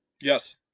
Yes